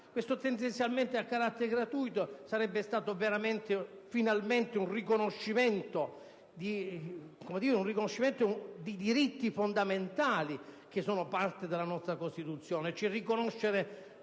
"tendenzialmente a carattere gratuito" sarebbe stato finalmente un vero riconoscimento dei diritti fondamentali che sono parte della nostra Costituzione.